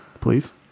please